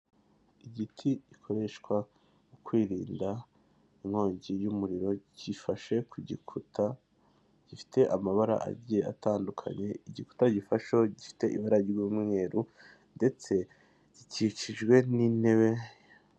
Igiti gikoreshwa mu kwirinda inkongi y'umuriro gifashe ku gikuta gifite amabara agiye atandukanye, igikuta gifasheho gifite ibara ry'umweru ndetse gikikijwe n'intebe.